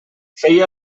feia